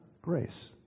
grace